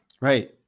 right